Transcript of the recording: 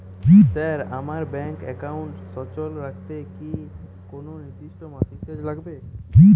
Sir আমার bank একাউন্টটি সচল রাখতে কি কোনো নির্দিষ্ট মাসিক চার্জ লাগবে?